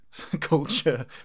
culture